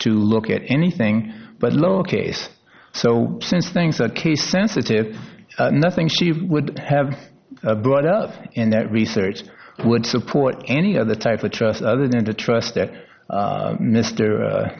to look at anything but lower case so since things a case sensitive nothing she would have brought up in that research would support any other type of trust other than the trust that